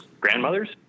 Grandmothers